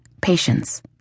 patience